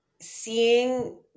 Seeing